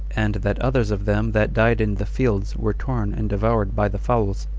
and that others of them that died in the fields were torn and devoured by the fowls.